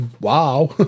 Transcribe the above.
wow